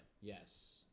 Yes